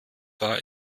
war